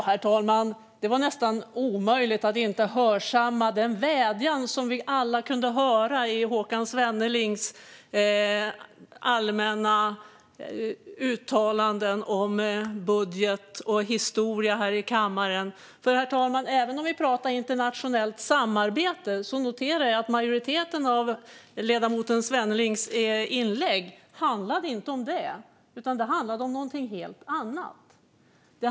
Herr talman! Det var nästan omöjligt att inte hörsamma den vädjan som vi alla kunde höra i Håkan Svennelings allmänna uttalanden om budget och historia här i kammaren. För även om vi pratar internationellt samarbete, herr talman, noterade jag att majoriteten av ledamoten Svennelings inlägg inte handlade om det utan om någonting helt annat.